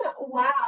wow